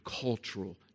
cultural